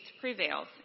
prevails